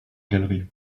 galeries